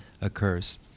occurs